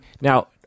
Now